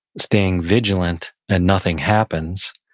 staying vigilant and nothing happens,